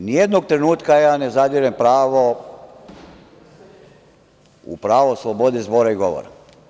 Nijednog trenutka ja ne zadirem u pravo slobode zbora i govora.